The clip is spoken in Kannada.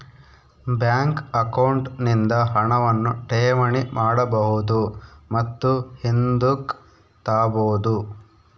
ಬ್ಯಾಂಕ್ ಅಕೌಂಟ್ ನಿಂದ ಹಣವನ್ನು ಠೇವಣಿ ಮಾಡಬಹುದು ಮತ್ತು ಹಿಂದುಕ್ ತಾಬೋದು